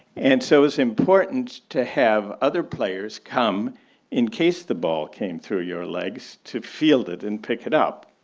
and so it's important to have other players come in case the ball came through your legs to field it and pick it up.